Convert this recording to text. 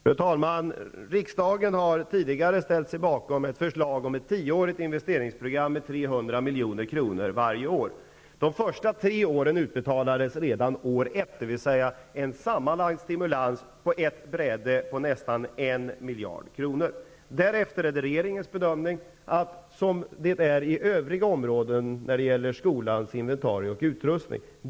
Fru talman! Riksdagen har tidigare ställt sig bakom ett förslag om ett tioårigt investeringsprogram med 300 milj.kr. varje år. Pengarna för de första tre åren utbetalades redan år ett, dvs. det blev en sammanlagd stimulans på ett bräde på nästan en miljard kronor. Därefter är det regeringens bedömning att detta bör vara ett ansvar för kommunerna, som det är på övriga områden när det gäller skolans inventarier och utrustning.